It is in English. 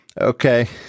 Okay